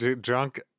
drunk